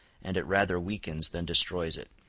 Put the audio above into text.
and it rather weakens than destroys it.